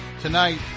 Tonight